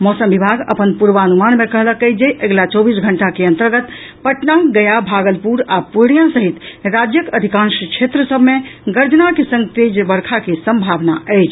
मौसम विभाग अपन पूर्वानुमान मे कहलक अछि जे अगिला चौबीस घंटा के अंतर्गत पटना गया भागलपुर आ पूर्णिया सहित राज्यक अधिकांश क्षेत्र सभ मे गर्जना के संग तेज वर्षा के संभावना अछि